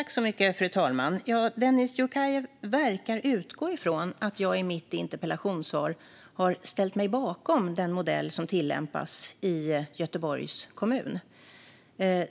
Fru talman! Dennis Dioukarev verkar utgå från att jag i mitt interpellationssvar har ställt mig bakom den modell som tillämpas i Göteborgs kommun.